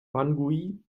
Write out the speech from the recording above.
bangui